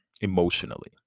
emotionally